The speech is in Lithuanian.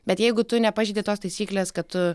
bet jeigu tu nepažeidi tos taisyklės kad tu